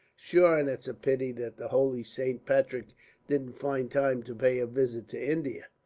shure an' it's a pity that the holy saint patrick didn't find time to pay a visit to india.